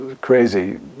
crazy